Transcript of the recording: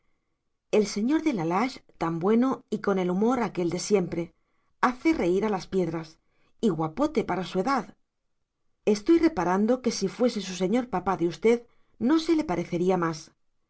el señor de la lage tan bueno y con el humor aquél de siempre hace reír a las piedras y guapote para su edad estoy reparando que si fuese su señor papá de usted no se le parecería más